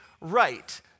right